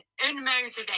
unmotivated